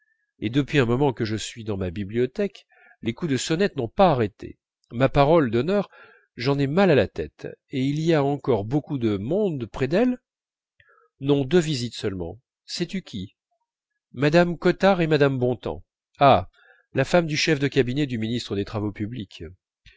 et depuis un moment que je suis dans ma bibliothèque les coups de sonnette n'ont pas arrêté ma parole d'honneur j'en ai mal à la tête et il y a encore beaucoup de monde près d'elle non deux visites seulement sais-tu qui mme cottard et mme bontemps ah la femme du chef de cabinet du ministre des travaux publics